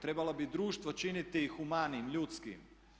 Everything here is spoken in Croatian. Trebala bi društvo činiti humanijim, ljudskim.